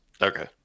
Okay